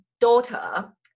daughter